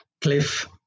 cliff